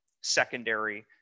secondary